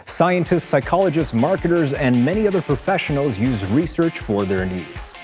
scientists, psychologists, marketers, and many other professionals use research for their needs.